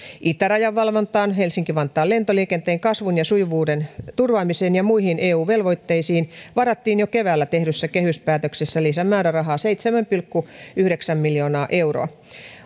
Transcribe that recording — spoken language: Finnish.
itärajan valvontaan helsinki vantaan lentoliikenteen kasvun ja sujuvuuden turvaamiseen ja muihin eu velvoitteisiin varattiin jo keväällä tehdyssä kehyspäätöksessä lisämäärärahaa seitsemän pilkku yhdeksän miljoonaa euroa